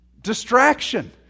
Distraction